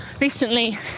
recently